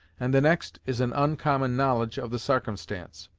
and the next is an oncommon knowledge of the sarcumstance.